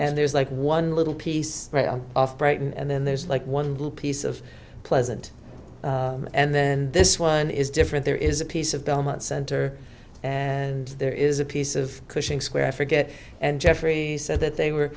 and there's like one little piece of brighton and then there's like one little piece of pleasant and then this one is different there is a piece of belmont center and there is a piece of cushing square i forget and jeffrey said that they were